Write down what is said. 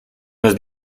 los